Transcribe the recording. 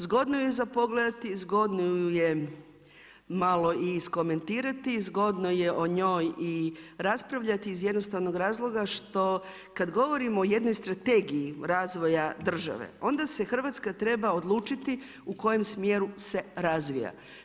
Zgodno ju je za pogledati, zgodno ju je malo i iskomentirati, zgodno je o njoj i raspravljati iz jednostavnog razloga što kad govorimo o jednoj Strategiji razvoja države onda se Hrvatska treba odlučiti u kojem smjeru se razvija.